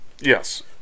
Yes